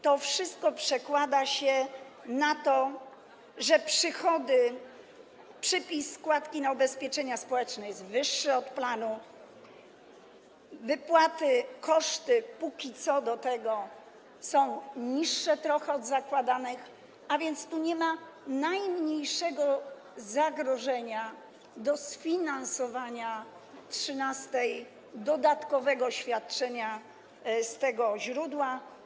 To wszystko przekłada się na to, że przychody... przypis składki na ubezpieczenia społeczne jest wyższy od planu, a do tego wypłaty, koszty jak dotąd są trochę niższe od zakładanych, a więc tu nie ma najmniejszego zagrożenia sfinansowania trzynastego, dodatkowego świadczenia z tego źródła.